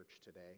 today